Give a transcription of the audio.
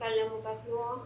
מזכ"ל עמותת נח,